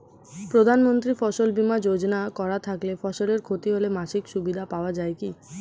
প্রধানমন্ত্রী ফসল বীমা যোজনা করা থাকলে ফসলের ক্ষতি হলে মাসিক সুবিধা পাওয়া য়ায় কি?